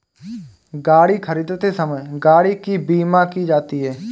गाड़ी खरीदते समय गाड़ी की बीमा की जाती है